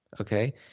Okay